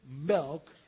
milk